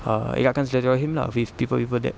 err eratkan silaturahim lah with people people that